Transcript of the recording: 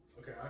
Okay